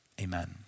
Amen